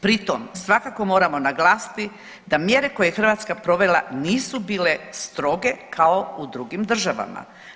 Pri tom svakako moramo naglasiti da mjere koje je Hrvatska provela nisu bile stroge kao u drugim državama.